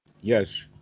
Yes